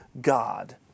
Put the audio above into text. God